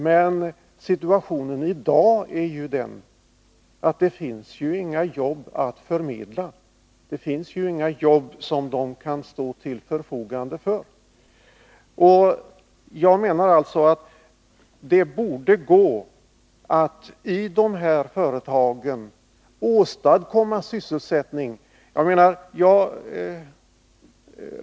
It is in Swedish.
Men situationen är ju i dag den att det inte finns några jobb att förmedla. Det finns inga jobb som de kan stå till förfogande för. Jag menar alltså att det borde gå att åstadkomma sysselsättning i de här företagen.